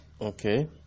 Okay